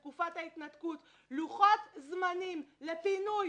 מתקופת ההתנתקות: לוחות זמנים לפינוי.